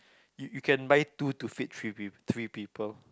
you you can buy two to feed three peo~ three people